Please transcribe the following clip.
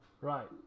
Right